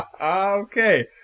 Okay